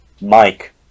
Mike